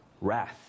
wrath